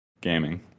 gaming